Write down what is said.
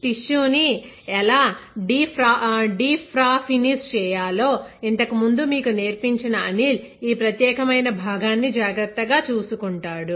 tissue ని ఎలా deparaffinize చేయాలో ఇంతకు ముందు మీకు నేర్పించిన అనిల్ ఈ ప్రత్యేకమైన భాగాన్ని జాగ్రత్తగా చూసుకుంటాడు